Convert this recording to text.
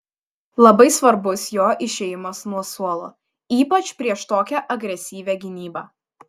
labai svarbus jo išėjimas nuo suolo ypač prieš tokią agresyvią gynybą